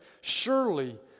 Surely